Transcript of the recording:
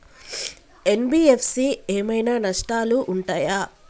NBFC ఏమైనా నష్టాలు ఉంటయా?